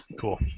Cool